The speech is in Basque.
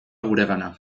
guregana